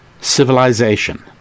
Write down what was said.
civilization